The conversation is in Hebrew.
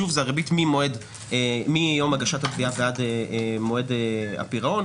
זו הריבית מיום הגשת התביעה ועד מועד הפירעון.